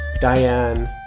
Diane